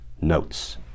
notes